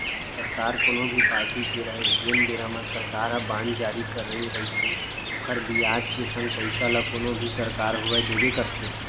सरकार कोनो भी पारटी के रहय जेन बेरा म सरकार ह बांड जारी करे रइथे ओखर बियाज के संग पइसा ल कोनो भी सरकार होवय देबे करथे